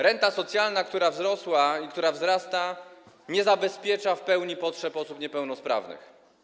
Renta socjalna, która wzrosła i która wzrasta, nie zabezpiecza w pełni potrzeb osób niepełnosprawnych.